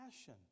passion